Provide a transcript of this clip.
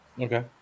Okay